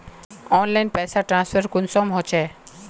Online पैसा transfer कुंसम होचे?